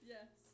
Yes